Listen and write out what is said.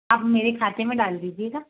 आप मेरे खाते में डाल दीजिएगा